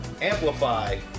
amplify